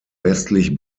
westlich